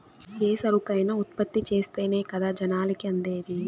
ఏ సరుకైనా ఉత్పత్తి చేస్తేనే కదా జనాలకి అందేది